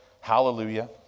Hallelujah